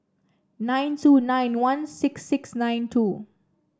nine two nine one six six nine two